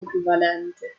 equivalente